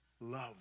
Love